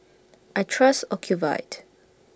I Trust Ocuvite